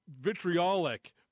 vitriolic